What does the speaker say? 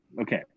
Okay